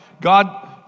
God